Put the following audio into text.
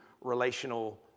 relational